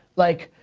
like,